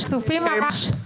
מלול, אתה דואג לאזרחים?